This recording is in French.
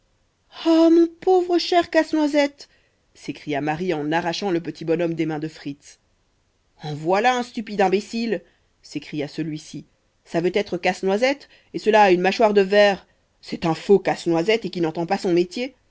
ah mon pauvre cher casse-noisette s'écria marie en arrachant le petit bonhomme des mains de fritz en voilà un stupide imbécile s'écria celui-ci ça veut être casse-noisette et cela a une mâchoire de verre c'est un faux casse-noisette et qui n'entend pas son métier